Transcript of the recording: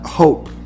hope